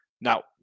Now